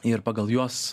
ir pagal juos